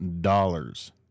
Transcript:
dollars